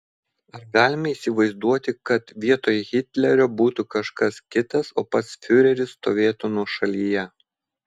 ar galime įsivaizduoti kad vietoj hitlerio būtų kažkas kitas o pats fiureris stovėtų nuošalyje